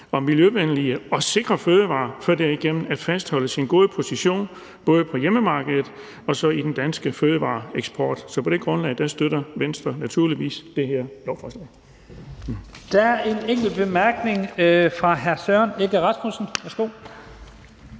og miljøvenlige og sikre fødevarer for derigennem at fastholde sin gode position både på hjemmemarkedet og i den danske fødevareeksport. Så på det grundlag støtter Venstre naturligvis det her lovforslag. Kl. 14:45 Første næstformand (Leif Lahn